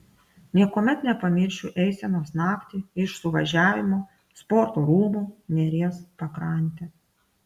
niekuomet nepamiršiu eisenos naktį iš suvažiavimo sporto rūmų neries pakrante